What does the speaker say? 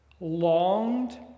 longed